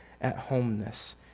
at-homeness